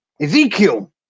Ezekiel